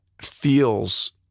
feels